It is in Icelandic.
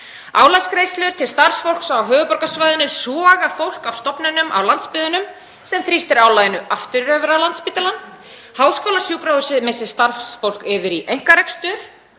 Álagsgreiðslur til starfsfólks á höfuðborgarsvæðinu soga fólk af stofnunum á landsbyggðinni, sem þrýstir álaginu aftur yfir á Landspítalann. Háskólasjúkrahúsið missir starfsfólk yfir í einkarekstur.